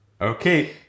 Okay